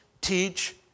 teach